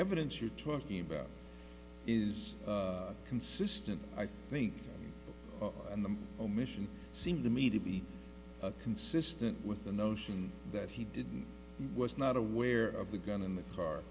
evidence you're talking about is consistent i think and the omission seems to me to be consistent with the notion that he didn't was not aware of the gun in the car